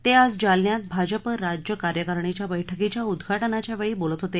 ते आज जालन्यात भाजपा राज्य कार्यकारिणीच्या बैठकीच्या उद्घाटनाच्या वेळी बोलत होते